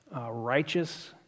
righteous